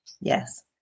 Yes